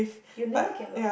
you never get lost